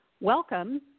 Welcome